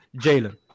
Jalen